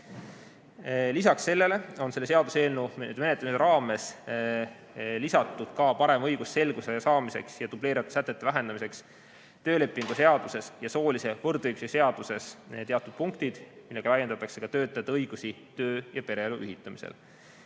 Lisaks sellele on selle seaduseelnõu menetlemise raames lisatud parema õigusselguse saamiseks ja dubleerivate sätete vähendamiseks töölepingu seaduses ja soolise võrdõiguslikkuse seaduses teatud punktid, millega laiendatakse töötajate õigusi töö- ja pereelu ühitamisel.